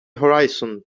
horizon